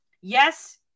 Yes